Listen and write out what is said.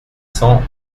cents